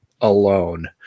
alone